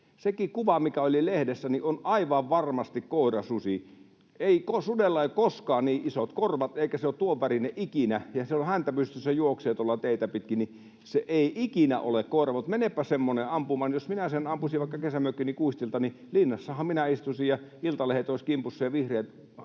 Sekin kuva, mikä oli lehdessä, on aivan varmasti koirasusi. Sudella ei ole koskaan niin isot korvat, eikä se ole tuon värinen ikinä, ja jos se häntä pystyssä juoksee tuolla teitä pitkin, niin se ei ikinä ole susi, mutta menepä semmoinen ampumaan — jos minä sen ampuisin vaikka kesämökkini kuistilta, niin linnassahan minä istuisin ja iltalehdet olisivat kimpussa ja vihreät